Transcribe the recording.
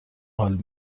حال